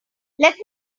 let